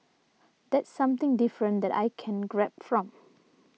that's something different that I can grab from